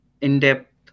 in-depth